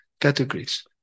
categories